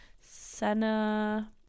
Senna